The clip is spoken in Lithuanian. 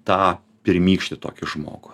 tą pirmykštį tokį žmogų